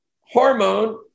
hormone